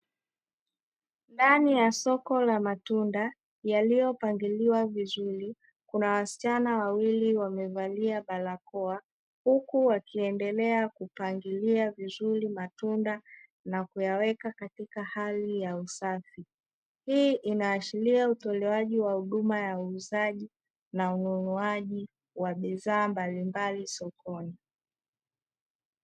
Ndani ya soko la matunda yaliyopangiliwa vizuri kuna wasichana wawili wamevalia barakoa. Huku wakiendelea kupangilia vizuri matunda na kuyaweka katika hali ya usafi. Hii inaashiria utolewaji wa huduma ya uuzaji na ununuaji wa bidhaa mbalimbali sokoni.